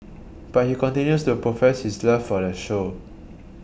but he continues to profess his love for the show